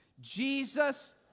Jesus